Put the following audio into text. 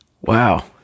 Wow